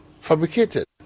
fabricated